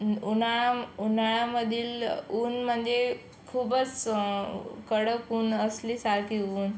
उन्हाळा उन्हाळ्यामधील ऊन म्हणजे खूपच कडक ऊन असल्यासारखे ऊन